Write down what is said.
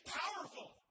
powerful